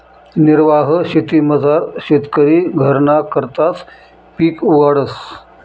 निर्वाह शेतीमझार शेतकरी घरना करताच पिक उगाडस